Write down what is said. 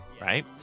right